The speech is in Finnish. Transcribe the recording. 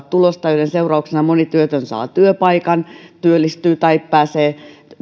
tulosta ja joiden seurauksena moni työtön saa työpaikan työllistyy tai pääsee